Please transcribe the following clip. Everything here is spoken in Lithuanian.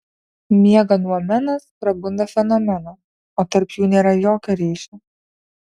miega noumenas prabunda fenomenas o tarp jų nėra jokio ryšio